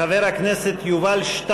חברי הכנסת, אני מבקש שקט.